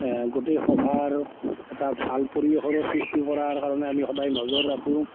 গোটেই সভাৰ এটা ভাল পৰিৱেশৰ সৃষ্টি কৰাৰ কাৰণে আমি সদায় নজৰ ৰাখোঁ